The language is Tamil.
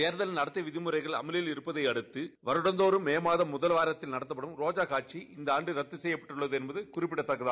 தேர்தல்நடத்தைவிதிமுறைகள்அமலில்இருப்பதையடுத்துவருடந்தோறும்மேமாதம்முதல்வாரத்தில்நட த்தப்படும் ரோஜாகாட்சிஇந்தஆண்டு ரத்துசெய்யப்ட்டுள்ளதுஎன்பதுகுறிப்பிடத்தக்கது